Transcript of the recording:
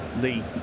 Lee